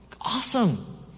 awesome